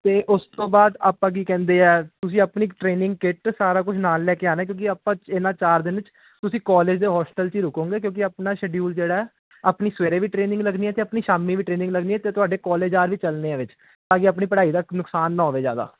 ਅਤੇ ਉਸ ਤੋਂ ਬਾਅਦ ਆਪਾਂ ਕੀ ਕਹਿੰਦੇ ਆ ਤੁਸੀਂ ਆਪਣੀ ਟ੍ਰੇਨਿੰਗ ਕਿੱਟ ਸਾਰਾ ਕੁਝ ਨਾਲ ਲੈ ਕੇ ਆਉਣਾ ਕਿਉਂਕਿ ਆਪਾਂ ਇਹਨਾਂ ਚਾਰ ਦਿਨ 'ਚ ਤੁਸੀਂ ਕਾਲਜ ਦੇ ਹੋਸਟਲ 'ਚ ਰੁਕੋਗੇ ਕਿਉਂਕਿ ਆਪਣਾ ਸ਼ਡਿਊਲ ਜਿਹੜਾ ਆਪਣੀ ਸਵੇਰੇ ਵੀ ਟਰੇਨਿੰਗ ਲੱਗੀ ਅਤੇ ਆਪਣੀ ਸ਼ਾਮੀ ਵੀ ਟਰੇਨਿੰਗ ਲੱਗਣੀ ਅਤੇ ਤੁਹਾਡੇ ਕਾਲਜ ਆ ਵੀ ਚੱਲਣੇ ਆ ਵਿੱਚ ਤਾਂ ਕਿ ਆਪਣੀ ਪੜ੍ਹਾਈ ਦਾ ਨੁਕਸਾਨ ਨਾ ਹੋਵੇ ਜ਼ਿਆਦਾ